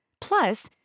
Plus